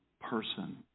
person